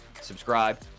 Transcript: subscribe